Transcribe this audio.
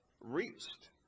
reached